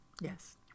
yes